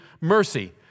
mercy